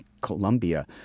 Colombia